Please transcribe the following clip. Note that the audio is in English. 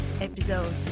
episode